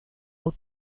hau